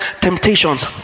temptations